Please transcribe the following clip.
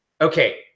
Okay